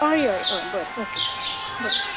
हय हय हय बरें ओके हय